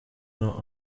not